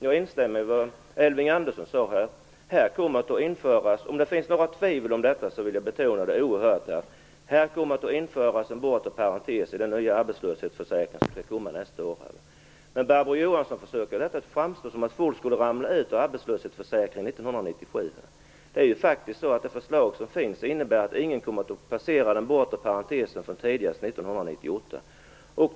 Jag instämmer i vad Elving Andersson här sade. Om det finns några tvivel om detta vill jag betona det oerhört att det skall införas en bortre parentes i den nya arbetslöshetsförsäkring som kommer nästa år. Barbro Johansson försöker att få det att framstå som att människor kommer att ramla ut ur arbetslöshetsförsäkringen år 1997. Det förslag som finns innebär att ingen kommer att passera den bortre parentesen förrän tidigast år 1998.